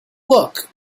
look